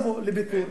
מפחד לבוא לביקור.